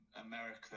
America